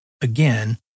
Again